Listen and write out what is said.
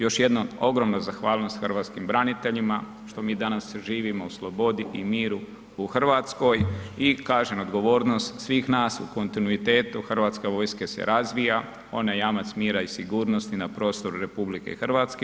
Još jednom ogromna zahvalnost Hrvatskim braniteljima što mi danas živimo u slobodi i miru u Hrvatskoj i kažem odgovornost svih nas u kontinuitetu Hrvatska vojska se razvija, ona je jamac mira i sigurnosti na prostoru RH.